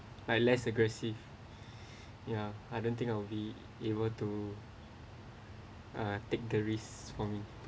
my less aggressive ya I don't think I'll be able to uh take the risk for me